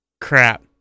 crap